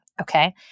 Okay